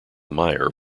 meyer